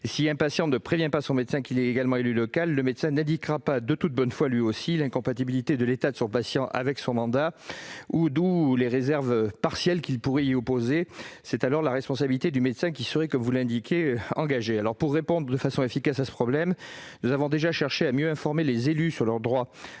si un patient ne prévient pas son médecin qu'il est également élu local, le médecin n'indiquera pas, de toute bonne foi lui aussi, l'incompatibilité de l'état de son patient avec son mandat, ou les réserves partielles qu'il pourrait y opposer. C'est alors la responsabilité du médecin qui serait engagée. Pour répondre de façon efficace à ce problème, nous avons cherché à mieux informer les élus sur leurs droits